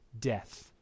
death